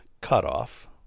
cutoff